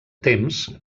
temps